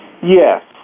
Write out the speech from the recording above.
Yes